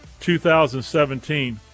2017